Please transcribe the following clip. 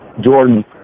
Jordan